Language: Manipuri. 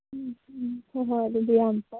ꯎꯝ ꯎꯝ ꯍꯣꯏ ꯍꯣꯏ ꯑꯗꯨꯗꯤ ꯌꯥꯝ ꯐꯔꯦ